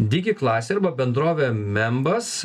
digiklasė arba bendrovė membas